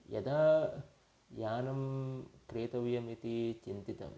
यदा यानं क्रेतव्यम् इति चिन्तितं